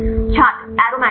छात्र एरोमेटिक